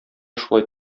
шулай